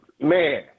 man